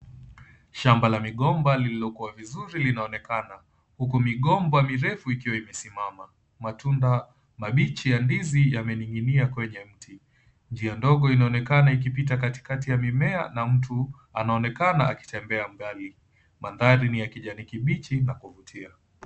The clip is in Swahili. Shamba la migomba lililokuwa zuri linaonekana huku migomba mirefu ikiwa imesimama. Matunda mabichi ya ndizi yamening'inia kwenye mti. Njia ndogo inaonekana kupita katikati ya mimea na mtu anaonekana akitembea ndani. Maanthari ni ya kijani kibichi na kuvutia.